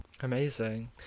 amazing